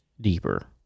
deeper